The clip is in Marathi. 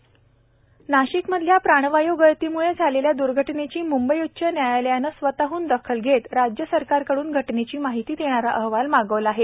प्राणवाय् गळती नाशिकमधल्या प्राणवाय् गळतीमुळे झालेल्या दुर्घटनेची मुंबई उच्च न्यायालयानं स्वतहन दखल घेत राज्य सरकारकडून घटनेची माहिती देणारा अहवाल मागवला आहे